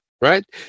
Right